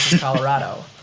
Colorado